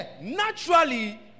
naturally